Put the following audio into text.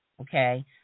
okay